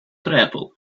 travel